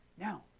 Now